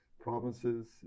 provinces